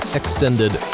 extended